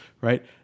right